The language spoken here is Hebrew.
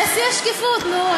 זה שיא השקיפות, נו.